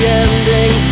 ending